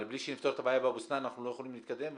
אבל בלי שנפתור את הבעיה באבו סנאן אנחנו לא יכולים להתקדם.